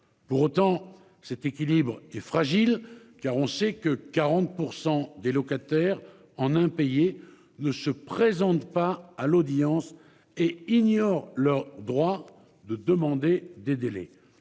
Pour autant, cet équilibre est fragile car on sait que 40% des locataires en impayés ne se présente pas à l'audience et ignorent leur droit de demander des délais